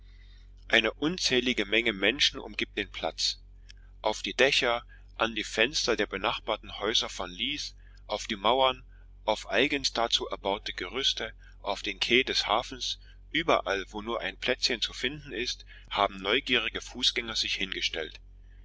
eine unzählige menge menschen umgibt den platz auf die dächer an die fenster der benachbarten häuser von leith auf die mauern auf eigens dazu erbaute gerüste auf den quai des hafens überall wo nur ein plätzchen zu finden ist haben neugierige fußgänger sich hingestellt